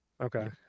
Okay